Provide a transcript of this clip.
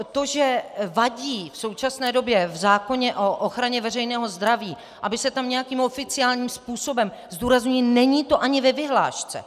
To, že vadí v současné době v zákoně o ochraně veřejného zdraví, aby se tam nějakým oficiálním způsobem zdůrazňuji, není to ani ve vyhlášce.